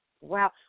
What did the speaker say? Wow